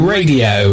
Radio